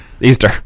Easter